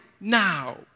now